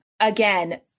Again